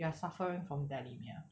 you are suffering from dilemma